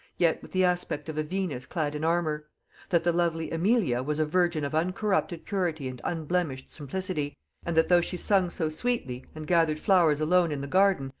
yet with the aspect of a venus clad in armour that the lovely emilia was a virgin of uncorrupted purity and unblemished simplicity and that though she sung so sweetly, and gathered flowers alone in the garden,